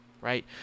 right